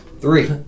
Three